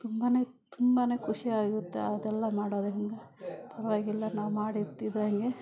ತುಂಬನೇ ತುಂಬನೇ ಖುಷಿ ಆಗುತ್ತೆ ಅದೆಲ್ಲ ಮಾಡೋದ್ರಿಂದ ಪರವಾಗಿಲ್ಲ ನಾವು ಮಾಡುತ್ತಿದಂಗೆ